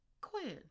Quinn